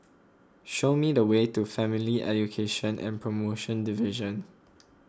show me the way to Family Education and Promotion Division